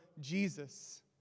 Jesus